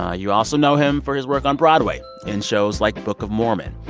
ah you also know him for his work on broadway in shows like book of mormon.